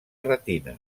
retina